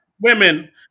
women